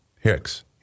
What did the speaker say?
Hicks